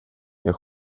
jag